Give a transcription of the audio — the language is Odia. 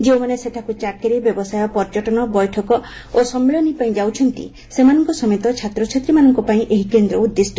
ଯେଉଁମାନେ ସେଠାକୁ ଚାକିରି ବ୍ୟବସାୟ ପର୍ଯ୍ୟଟନ ବୈଠକ ଓ ସମ୍ମିଳନୀ ପାଇଁ ଯାଉଛନ୍ତି ସେମାନଙ୍କ ସମେତ ଛାତ୍ରଛାତ୍ରୀମାନଙ୍କ ପାଇଁ ଏହି କେନ୍ଦ୍ର ଉଦ୍ଦିଷ୍ଟ